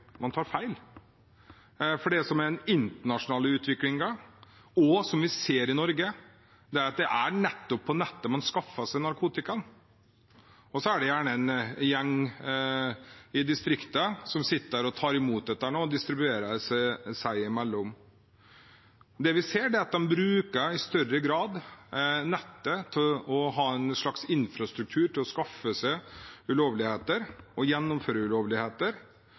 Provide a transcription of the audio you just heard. man tar feil. Det som er den internasjonale utviklingen, som vi også ser i Norge, er at det er nettopp på nettet man skaffer seg narkotikaen. Så er det gjerne en gjeng i distriktene som sitter og tar imot og distribuerer det seg imellom. Det vi ser, er at de i større grad bruker nettet til å ha en slags infrastruktur for å skaffe seg ulovligheter og gjennomføre ulovligheter,